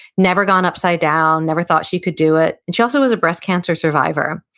never gone upside-down, never thought she could do it, and she also was a breast cancer survivor.